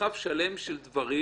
מרחב שלם של דברים,